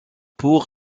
pour